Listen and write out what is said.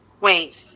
Wait